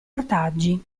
ortaggi